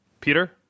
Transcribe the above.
Peter